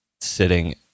sitting